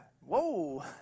whoa